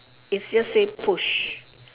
it just say push